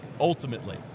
ultimately